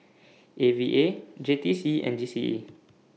A V A J T C and G C E